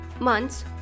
months